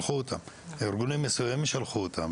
ארגונים מסוימים שלחו אותם.